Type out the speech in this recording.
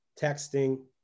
texting